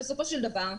בסופו של דבר,